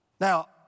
Now